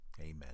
amen